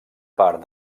part